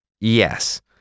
Yes